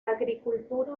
agricultura